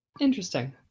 interesting